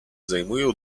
zajmują